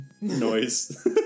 noise